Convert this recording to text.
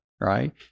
right